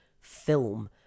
film